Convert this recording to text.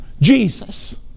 Jesus